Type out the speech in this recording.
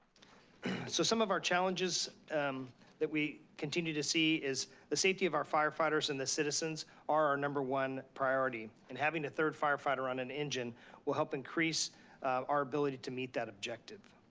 so some of our challenges that we continue to see is the safety of our firefighters, and the citizens are our number one priority. and having a third firefighter on an engine will help increase our ability to meet that objective.